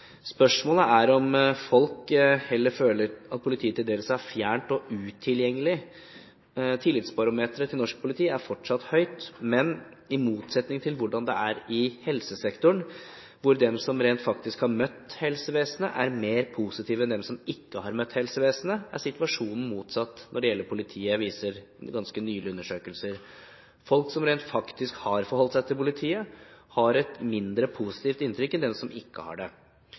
Spørsmålet er om folk heller føler at politiet til dels er fjernt og utilgjengelig. Tillitsbarometeret til norsk politi er fortsatt høyt, men i motsetning til hvordan det er i helsesektoren, hvor de som rent faktisk har møtt helsevesenet, er mer positive enn dem som ikke har møtt helsevesenet, er situasjonen motsatt når det gjelder politiet. Det viser ganske nylige undersøkelser. Folk som rent faktisk har forholdt seg til politiet, har et mindre positivt inntrykk enn dem som ikke har det.